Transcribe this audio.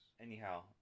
Anyhow